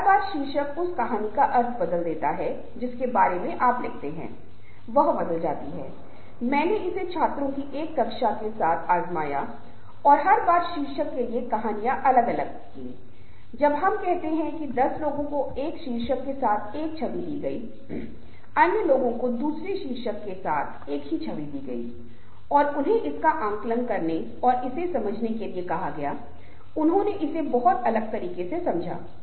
अब आगे के कदम को स्तगित करना अड्जॉर्निंग adjourning कहा जाता है इसका क्या मतलब है अस्थायी समूह जैसे कि प्रोजेक्ट टीम टास्क फोर्स या किसी अन्य ऐसे समूह के लिए जिनके पास सीमित कार्य है उनके पास भी पांचवा हिस्सा है और इसे आसन्न स्थगित के रूप में जाना जाता है